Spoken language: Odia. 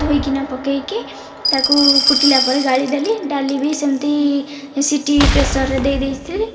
ଧୋଇକିନା ପକାଇକି ତାକୁ ଫୁଟିଲା ପରେ ଗାଳିଦେଲି ଡାଲି ବି ସେମିତି ସିଟି ପ୍ରେସରରେ ଦେଇ ଦେଇଥିଲି